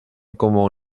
como